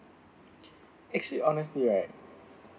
actually honestly right